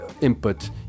input